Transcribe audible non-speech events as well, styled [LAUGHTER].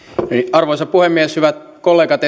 arvoisa puhemies hyvät kollegat [UNINTELLIGIBLE]